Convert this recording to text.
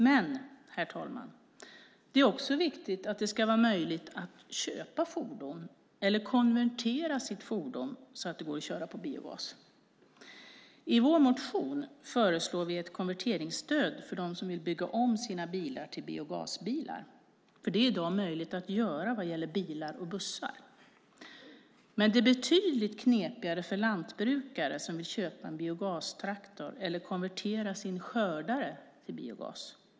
Men, herr talman, det är också viktigt att det ska vara möjligt att köpa fordon eller konvertera sitt fordon så att det går att köra på biogas. I vår motion föreslår vi ett konverteringsstöd för dem som vill bygga om sina bilar till biogasbilar. Det är i dag möjligt att göra vad gäller bilar och bussar. Det är betydligt knepigare för lantbrukare som vill köpa en biogastraktor eller konvertera sin skördare till biogas.